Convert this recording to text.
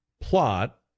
plot